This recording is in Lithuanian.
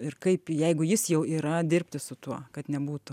ir kaip jeigu jis jau yra dirbti su tuo kad nebūtų